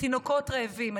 תינוקות רעבים.